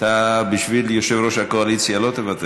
אתה בשביל יושב-ראש הקואליציה לא תוותר.